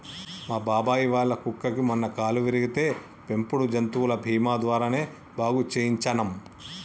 మా బాబాయ్ వాళ్ళ కుక్కకి మొన్న కాలు విరిగితే పెంపుడు జంతువుల బీమా ద్వారానే బాగు చేయించనం